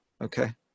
okay